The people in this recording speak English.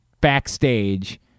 backstage